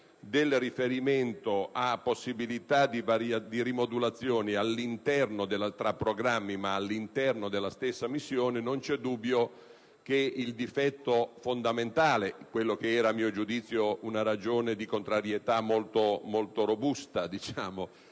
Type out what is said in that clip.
del riferimento a possibilità di rimodulazioni tra programmi, ma all'interno della stessa missione, non c'è dubbio che il difetto fondamentale - quello che era, a mio giudizio, una ragione di contrarietà molto robusta alla